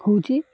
ହଉଛି